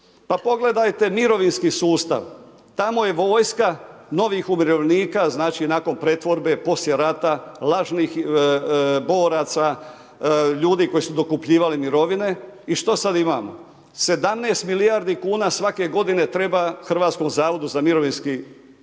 Pa pogledajte mirovinski sustav. Tamo je vojska novih umirovljenika. Znači, nakon pretvorbe, poslije rata, lažnih boraca, ljudi koji su dokupljivali mirovine. I što sad imamo? 17 milijardi kuna svake godine treba Hrvatskom zavodu za mirovinski sustav